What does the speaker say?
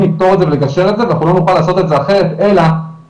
לפתור את זה ולגשר את זה ואנחנו לא נוכל לעשות את זה אחרת אלא מניצול